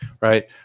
right